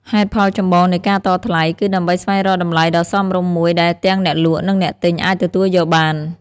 ហេតុផលចម្បងនៃការតថ្លៃ គឺដើម្បីស្វែងរកតម្លៃដ៏សមរម្យមួយដែលទាំងអ្នកលក់ និងអ្នកទិញអាចទទួលយកបាន។